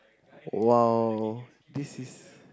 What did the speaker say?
!wow! this is